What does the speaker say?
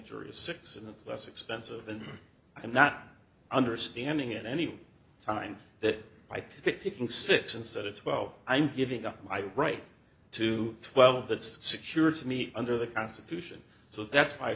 jury of six and it's less expensive and i'm not understanding at any time that by picking six instead of twelve i'm giving up my right to twelve that's security to me under the constitution so that's